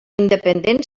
independent